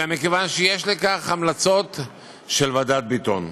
אלא מכיוון שיש לכך המלצות של ועדת ביטון.